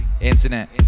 internet